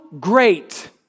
great